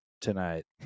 tonight